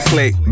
Click